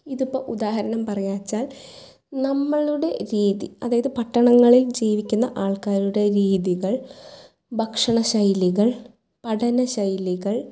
ഇതിപ്പം ഉദാഹരണം പറയാച്ചാൽ നമ്മളുടെ രീതി അതായത് പട്ടണങ്ങളിൽ ജീവിക്കുന്ന ആൾക്കാരുടെ രീതികൾ ഭക്ഷണ ശൈലികൾ പഠന ശൈലികൾ